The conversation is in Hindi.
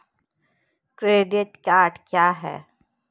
क्रेडिट कार्ड क्या है?